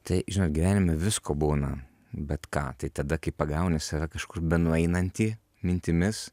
tai žinot gyvenime visko būna bet ką tai tada kai pagauni save kažkur benueinantį mintimis